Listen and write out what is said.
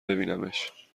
ببینمش